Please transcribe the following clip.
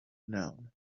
known